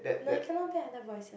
no it cannot play other voices